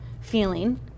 feeling